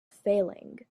failing